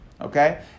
Okay